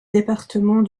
département